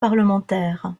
parlementaire